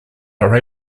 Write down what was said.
are